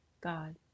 God